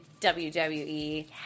WWE